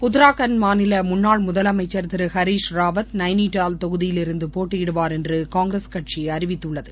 உத்தராகன்ட் மாநில முன்னாள் முதலமைக்கள் திரு ஹரிஷ்ராவத் நயளிடால் தொகுதியிலிருந்து போட்டியிடுவார் என்று காங்கிரஸ் கட்சி அறிவித்துள்ளது